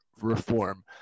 reform